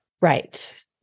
right